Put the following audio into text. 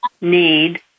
need